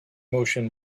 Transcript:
motion